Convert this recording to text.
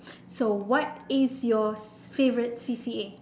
so what is your favourite C_C_A